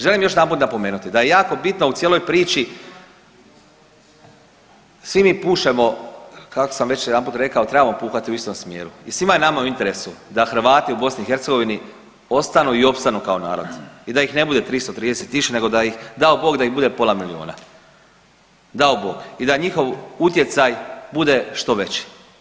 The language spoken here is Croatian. Želim još jedanput napomenuti da je jako bitno u cijeloj priči, svi mi pušemo kako sam već jedanput rekao trebamo puhati u istom smjeru i svima je nama u interesu da Hrvati u BiH ostanu i opstanu kao narod i da ih ne bude 330 tisuća nego da ih, dao Bog da ih bude pola milijuna, dao Bog i da njihov utjecaj bude što veći.